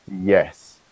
yes